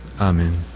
Amen